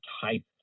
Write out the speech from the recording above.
type